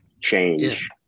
change